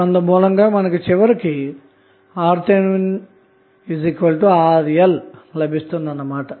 అందుమూలంగా చివరకు RThRL లభిస్తుంది అన్న మాట